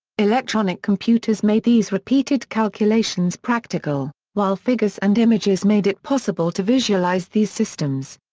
electronic computers made these repeated calculations practical, while figures and images made it possible to visualize these systems.